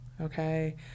Okay